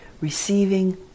receiving